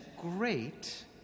great